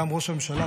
גם ראש הממשלה,